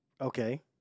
Okay